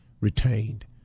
retained